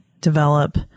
develop